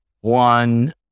one